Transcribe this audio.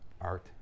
art